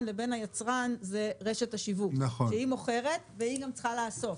לבין היצרן היא רשת השיווק שמוכרת וגם צריכה לאסוף.